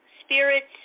spirits